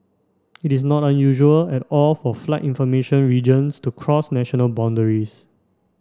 it is not unusual at all for flight information regions to cross national boundaries